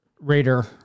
Raider